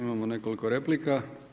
Imamo nekoliko replika.